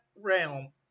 realm